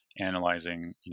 analyzing